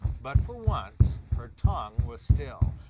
but for once her tongue was still.